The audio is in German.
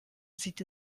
sieht